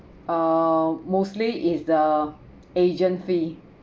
uh mostly is uh agent fee